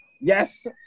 Yes